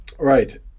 Right